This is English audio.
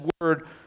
word